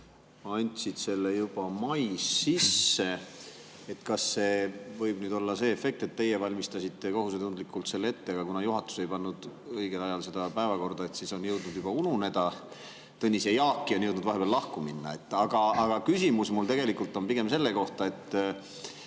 Jaak andsid selle juba mais sisse. Kas võib nüüd olla see efekt, et teie valmistasite kohusetundlikult [vastused] ette, aga kuna juhatus ei pannud õigel ajal seda päevakorda, siis on jõudnud ununeda? Tõnis ja Jaak on isegi vahepeal jõudnud lahku minna. Aga küsimus on mul tegelikult pigem selle kohta –